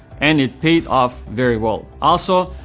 and it paid off very well. also,